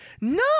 no